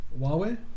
Huawei